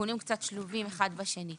שהתיקונים קצת שלובים אחד בשני.